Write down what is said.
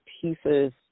pieces